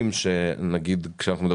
כשאנחנו,